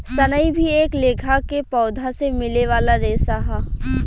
सनई भी एक लेखा के पौधा से मिले वाला रेशा ह